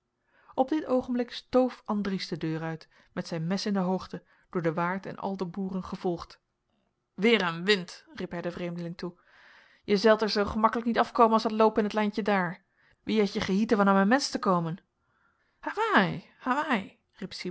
op dit oogenblik stoof andries de deur uit met zijn mes in de hoogte door den waard en al de boeren gevolgd weêr en wind riep hij den vreemdeling toe jij zelt er zoo gemakkelijk niet afkomen als dat loop in t lijntje daar wie heitje gehieten van an men mes te komen hawaai